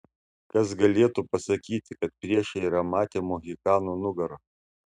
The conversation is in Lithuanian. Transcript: kas galėtų pasakyti kad priešai yra matę mohikano nugarą